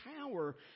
power